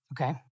Okay